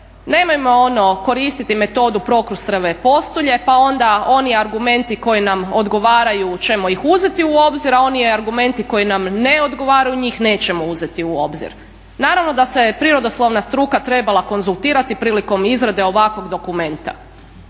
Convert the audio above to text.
nemojmo ono koristiti metodu … pa onda oni argumenti koji nam odgovaraju ćemo ih uzeti u obzir, a oni argumenti koji nam ne odgovaraju njih nećemo uzeti u obzir. Naravno da se prirodoslovna struka trebala konzultirati prilikom izrade ovakvog dokumenta.